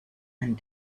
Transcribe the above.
and